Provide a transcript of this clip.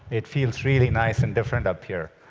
it feels really nice and different up here.